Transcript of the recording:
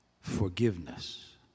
forgiveness